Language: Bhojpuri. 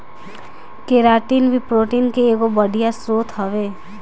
केराटिन भी प्रोटीन के एगो बढ़िया स्रोत हवे